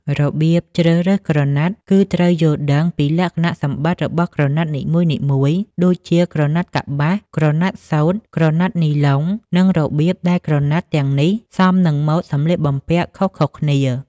របៀបជ្រើសរើសក្រណាត់ គឺត្រូវយល់ដឹងពីលក្ខណៈសម្បត្តិរបស់ក្រណាត់នីមួយៗ ដូចជា ក្រណាត់កប្បាស ក្រណាត់សូត្រ ក្រណាត់នីឡុង និងរបៀបដែលក្រណាត់ទាំងនេះសមនឹងម៉ូដសម្លៀកបំពាក់ខុសៗគ្នា។